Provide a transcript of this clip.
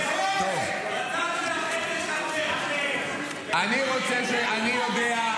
בצד שלכם יש הרבה --- אני יודע,